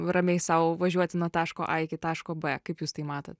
ramiai sau važiuoti nuo taško a iki taško b kaip jūs tai matot